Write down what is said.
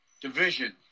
division